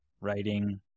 writing